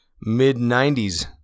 mid-90s